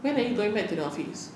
when are you going back to the office